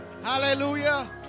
Hallelujah